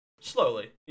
slowly